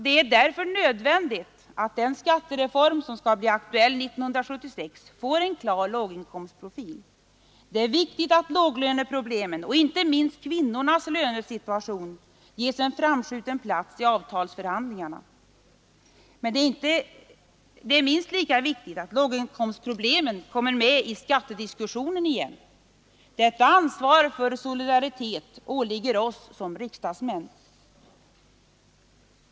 Det är därför nödvändigt att den skattereform som kan bli aktuell 1976 får en klar låginkomstprofil. Det är viktigt att låglöneproblemen — och inte minst kvinnornas lönesituation — ges en framskjuten plats i avtalsförhandlingarna. Men det är minst lika viktigt att låginkomstproblemen kommer med i skattediskussionen igen. Detta ansvar för solidariteten åligger oss som riksdagsmän.